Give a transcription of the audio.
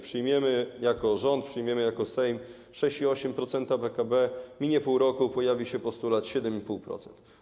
Przyjmiemy jako rząd, przyjmiemy jako Sejm 6,8% PKB, minie pół roku, pojawi się postulat 7,5%.